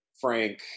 Frank